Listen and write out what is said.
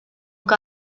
que